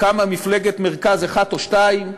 קמה מפלגת מרכז אחת או שתיים.